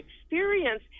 experience